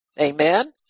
Amen